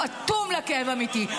הוא אטום לכאב אמיתי.